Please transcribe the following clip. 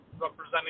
representing